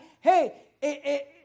Hey